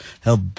help